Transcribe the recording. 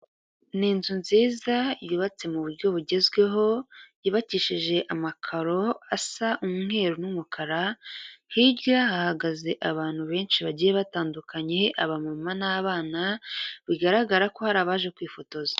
Ni inzu nziza yubatse mu buryo bugezweho yubakishije amakaro asa umweru n'umukara, hirya hahagaze abantu benshi bagiye batandukanye, abamama n'abana bigaragara ko hari abaje kwifotoza.